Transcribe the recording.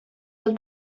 del